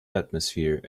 atmosphere